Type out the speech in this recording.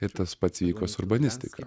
ir tas pats vyko su urbanistika